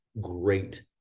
great